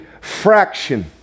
fraction